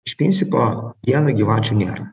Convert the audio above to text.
iš principo dieną gyvačių nėra